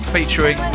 Featuring